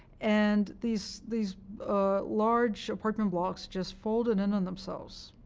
and these these large apartment blocks just folded in on themselves,